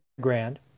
grand